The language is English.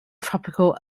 tropical